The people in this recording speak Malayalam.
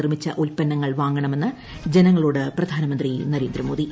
നിർമ്മിച്ച ഉല്പന്നങ്ങൾ വാങ്ങണമെന്ന് ജനങ്ങളോട് പ്രധാനമന്ത്രി നരേന്ദ്രമോദി